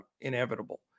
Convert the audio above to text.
inevitable